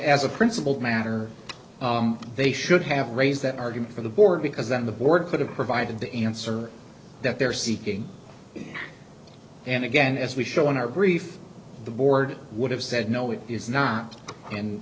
as a principled matter they should have raised that argument for the board because then the board could have provided the answer that they're seeking and again as we show in our brief the board would have said no it is not in